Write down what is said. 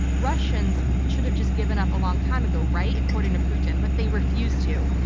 russians should have just given up a long time ago, right? according to putin. but they refused to.